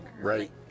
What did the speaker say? right